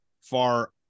far